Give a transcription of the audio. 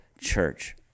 church